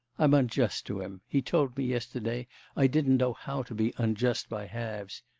i'm unjust to him he told me yesterday i didn't know how to be unjust by halves.